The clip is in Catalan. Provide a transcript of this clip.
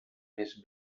més